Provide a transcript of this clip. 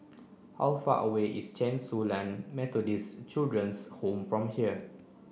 how far away is Chen Su Lan Methodist Children's Home from here